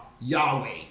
Yahweh